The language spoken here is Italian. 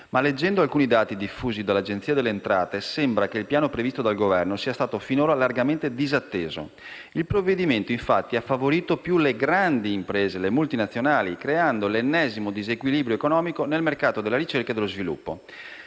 Ma, leggendo alcuni dati diffusi dall'Agenzia delle entrate, sembra che il piano previsto dal Governo sia stato finora largamente disatteso. Il provvedimento, infatti, ha favorito più le grandi imprese e le multinazionali, creando l'ennesimo disequilibrio economico nel mercato della ricerca e dello sviluppo.